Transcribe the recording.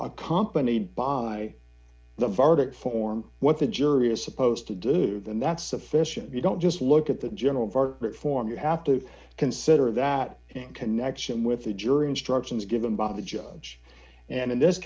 accompanied by the verdict form what the jury is supposed to do then that's sufficient you don't just look at the general reform you have to consider that in connection with the jury instructions given by the judge and in this